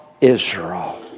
Israel